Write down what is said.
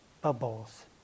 bubbles